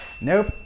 Nope